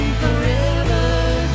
forever